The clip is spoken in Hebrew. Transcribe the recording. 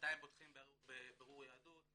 מתי הם פותחים בבירור יהדות,